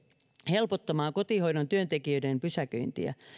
helpottamaan kotihoidon työntekijöiden pysäköintiä